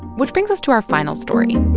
which brings us to our final story